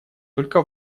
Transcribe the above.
только